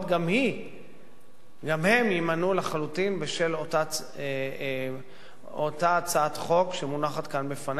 גם היא תימנע לחלוטין בשל אותה הצעת חוק שמונחת כאן בפנינו,